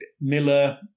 Miller